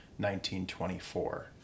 1924